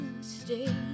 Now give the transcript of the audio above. stay